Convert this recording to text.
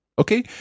Okay